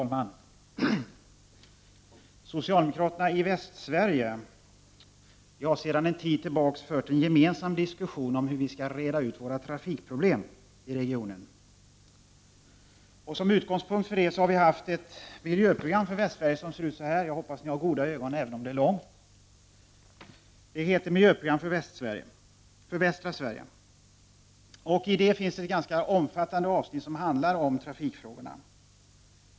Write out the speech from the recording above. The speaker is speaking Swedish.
Fru talman! Socialdemokraterna i Västsverige har sedan en tid fört en gemensam diskussion om hur vi skall reda ut regionens trafikproblem. Som utgångspunkt har vi haft ett gemensamt miljöprogram för västra Sverige som jag har här i handen. Där finns ett omfattande avsnitt om trafikfrågorna.